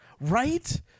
Right